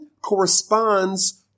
corresponds